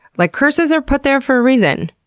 like, curses are put there for a reason,